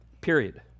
Period